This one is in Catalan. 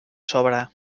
sobre